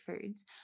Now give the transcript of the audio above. foods